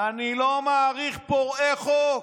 אני לא מעריך פורעי חוק.